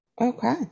Okay